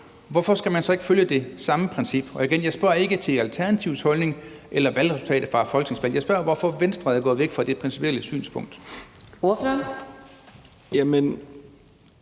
Hvorfor skal man så ikke følge det samme princip? Og igen: Jeg spørger ikke til Alternativets holdning eller valgresultatet fra folketingsvalget. Jeg spørger, hvorfor Venstre er gået væk fra det principielle synspunkt.